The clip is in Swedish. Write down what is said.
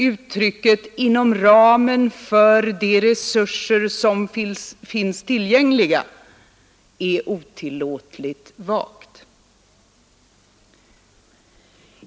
Uttrycket ”inom ramen för de resurser som finns tillgängliga” är otillåtligt vagt.